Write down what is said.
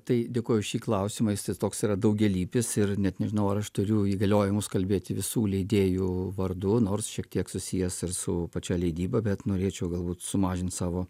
tai dėkoju už šį klausimą jisai toks yra daugialypis ir net nežinau ar aš turiu įgaliojimus kalbėti visų leidėjų vardu nors šiek tiek susijęs ir su pačia leidyba bet norėčiau galbūt sumažint savo